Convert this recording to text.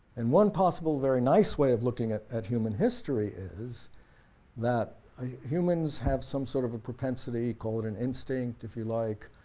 and one possible very nice way of looking at at human history is that humans have some sort of a propensity, call it an instinct if you like,